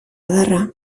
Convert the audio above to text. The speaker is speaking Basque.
adarra